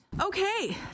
okay